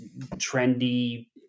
trendy